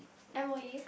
m_o_e